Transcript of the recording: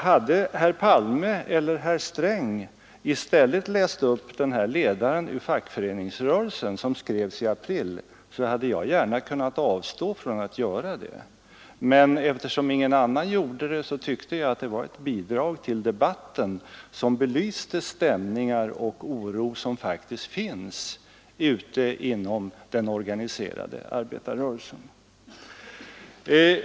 Hade herr Palme eller herr Sträng i stället läst upp ledaren ur Fackföreningsrörelsen som skrevs i april, hade jag gärna kunnat avstå från att göra det. Men eftersom ingen annan gjorde det tyckte jag att det var ett bidrag till debatten som belyste de stämningar och den oro som faktiskt finns inom den organiserade arbetarrörelsen.